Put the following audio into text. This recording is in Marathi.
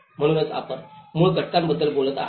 म्हणूनच आपण मूळ घटकांबद्दल बोलत आहात